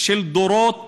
של דורות